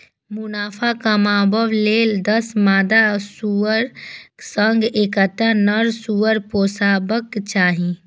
मुनाफा कमाबै लेल दस मादा सुअरक संग एकटा नर सुअर पोसबाक चाही